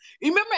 Remember